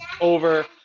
over